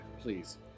please